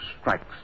strikes